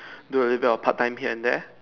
do a little a bit of part time here and there